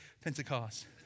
Pentecost